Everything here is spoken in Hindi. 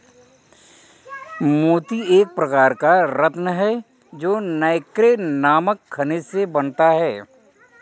मोती एक प्रकार का रत्न है जो नैक्रे नामक खनिज से बनता है